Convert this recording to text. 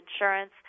insurance